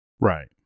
Right